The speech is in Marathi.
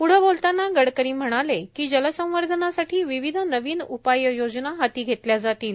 प्ढं बोलतांना गडकरी म्हणाले की जलसंवर्धनासाठी विविध नवीन उपाययोजना हाती घेतल्या जातील